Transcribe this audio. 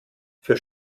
für